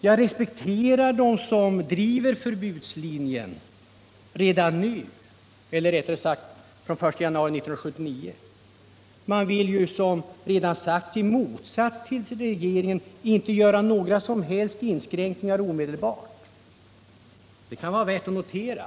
Jag respekterar dem som driver förbudslinjen redan nu =— eller rättare fr.o.m. den 1 januari 1979. Det kan vara värt att notera att de, som redan sagts, i motsats till regeringen inte vill göra några som helst inskränkningar med omedelbar verkan.